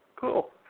Cool